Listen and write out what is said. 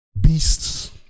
Beasts